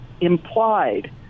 implied